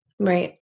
Right